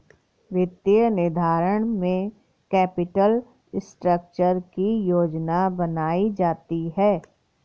वित्तीय निर्धारण में कैपिटल स्ट्रक्चर की योजना बनायीं जाती है